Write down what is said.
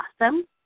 awesome